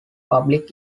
public